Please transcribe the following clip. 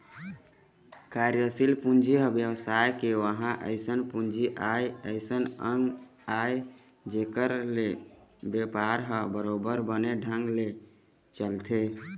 कार्यसील पूंजी ह बेवसाय के ओहा अइसन पूंजी आय अइसन अंग आय जेखर ले बेपार ह बरोबर बने ढंग ले चलथे